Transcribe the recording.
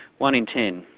one in ten.